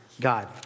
God